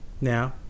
Now